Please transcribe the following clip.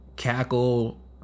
cackle